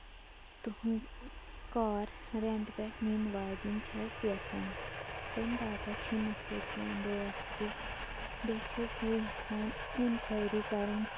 تُہُنز car rent پٮ۪ٹھ نِنہٕ واجیٚنۍ چھَس یَژھان تَمہِ باپَت چھِ مےٚ سۭتۍ کیٚنہہ دوس تہِ بیٚیہِ چھَس بہٕ یَژھان اینکویری کَرٕنۍ